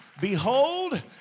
Behold